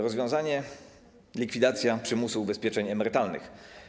Rozwiązanie: likwidacja przymusu ubezpieczeń emerytalnych.